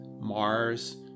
Mars